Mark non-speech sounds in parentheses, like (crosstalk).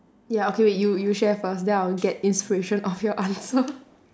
ya okay wait you you share first then I'll get inspiration of your answer (laughs)